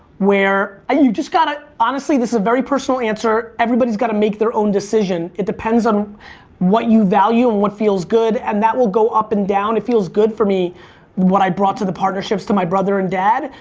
where, ah you just gotta, honestly, this is a very personal answer, everybody's gotta make their own decision. it depends on what you value, and what feels good, and that will go up and down, it feels good for me what i brought to the partnerships to my brother and dad,